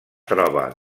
troba